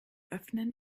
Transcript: öffnen